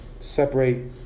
separate